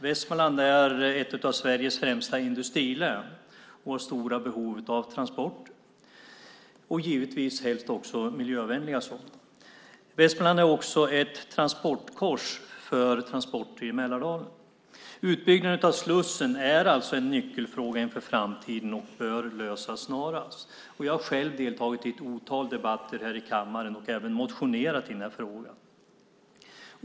Västmanland är ett av Sveriges främsta industrilän och har stora behov av transporter och givetvis helst också miljövänliga sådana. Västmanland är också ett transportkors för transporter i Mälardalen. Utbyggnaden av slussen är alltså en nyckelfråga inför framtiden som snarast bör lösas. Jag har själv deltagit i ett otal debatter här i kammaren och även motionerat i den här frågan.